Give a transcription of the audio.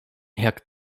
jak